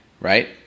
right